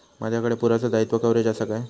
माजाकडे पुरासा दाईत्वा कव्हारेज असा काय?